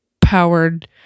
powered